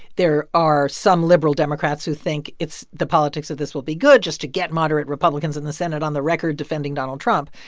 there are some liberal democrats who think it's the politics of this will be good just to get moderate republicans in the senate on the record defending donald trump